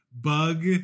bug